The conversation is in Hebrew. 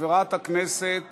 חברת הכנסת